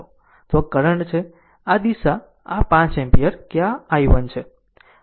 તો આ કરંટ છે આ દિશા એ આ 5 એમ્પીયર છે કે આ i1 દિશા છે